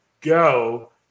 go